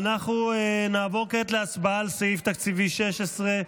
אנחנו נעבור כעת להצבעה על סעיף תקציבי 16,